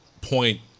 point